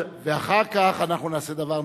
ואחר כך אנחנו נעשה דבר נוסף: